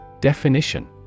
Definition